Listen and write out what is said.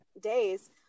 days